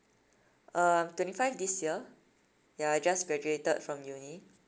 uh I'm twenty five this year ya I just graduated from uni